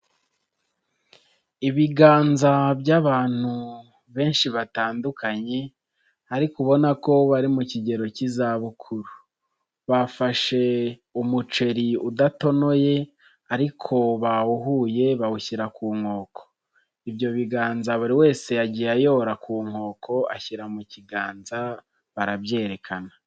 Ibiganza by'abantu benshi batandukanye ariko ubona ko bari mu kigero k'izabukuru, bafashe umuceri udatonoye ariko bawuhuye bawushyira ku nkoko, ibyo biganza buri wese yagiye ayora ku nkoko ashyira mu kiganza barabyerekana.